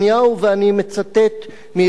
ואני מצטט מאחד מהם,